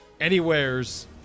Anywhere's